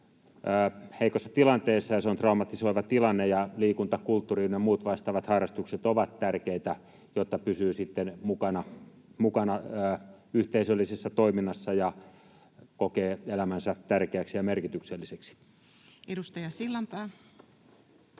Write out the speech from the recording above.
heikossa tilanteessa, ja se on traumatisoiva tilanne. Liikunta, kulttuuri ynnä muut vastaavat harrastukset ovat tärkeitä, jotta pysyy sitten mukana yhteisöllisessä toiminnassa ja kokee elämänsä tärkeäksi ja merkitykselliseksi. [Speech